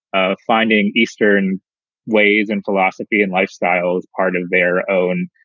ah finding eastern ways and philosophy and lifestyle is part of their own